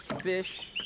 Fish